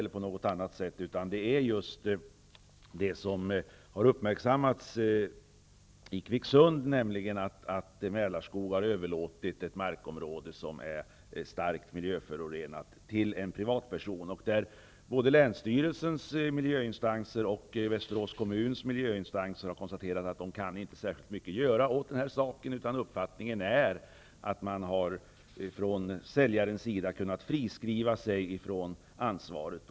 I stället är det fråga om det som har uppmärksammats i Kvicksund, nämligen att Mälarskog har överlåtit ett markområde som är starkt miljöförorenat till en privatperson. Både länsstyrelsens och Västerås kommuns miljöinstanser har konstaterat att de inte kan göra särskilt mycket åt saken. Uppfattningen är att säljaren har kunnat friskriva sig från ansvaret.